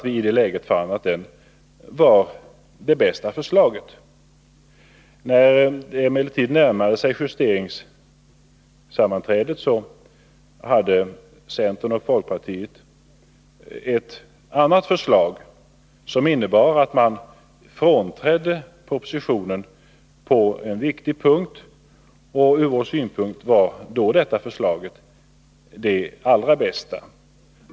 Vi fann den vara det bästa förslaget. När justeringssammanträdet närmade sig hade emellertid centern och folkpartiet ett annat förslag, som innebar att man frånträdde propositionen på en viktig punkt. Från vår synpunkt var detta förslag det allra bästa.